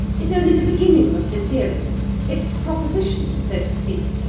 is only the beginning of the theorem its proposition, so to speak.